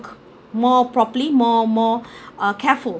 more properly more more uh careful